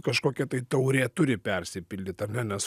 kažkokia tai taurė turi persipildyt ar ne nes